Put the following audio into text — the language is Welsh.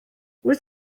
wyt